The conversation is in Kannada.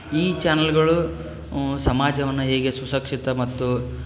ಈ ಚಾನೆಲ್ಗಳು ಸಮಾಜವನ್ನು ಹೇಗೆ ಸುಸಕ್ಷಿತ ಮತ್ತು